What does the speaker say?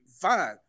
fine